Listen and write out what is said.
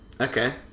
Okay